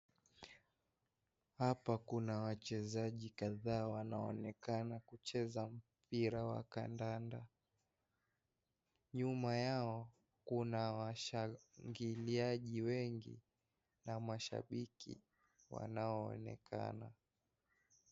Hapa kuna wachezaji kadhaa wanaoonekana kucheza mpira wa kandanda. Nyuma yao, kuna washangiliaji wengi na mashabiki wanaoonekana.